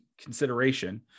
consideration